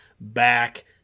back